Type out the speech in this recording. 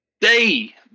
day